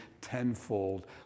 tenfold